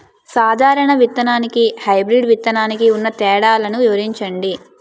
సాధారణ విత్తననికి, హైబ్రిడ్ విత్తనానికి ఉన్న తేడాలను వివరించండి?